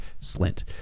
Slint